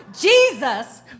Jesus